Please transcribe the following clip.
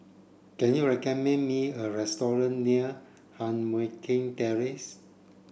can you recommend me a restaurant near Heng Mui Keng Terrace